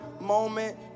moment